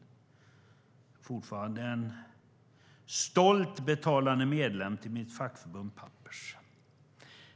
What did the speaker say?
Jag är fortfarande en stolt betalande medlem i mitt fackförbund Pappers.